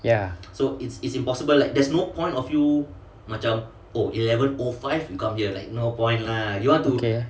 ya okay